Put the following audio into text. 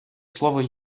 слово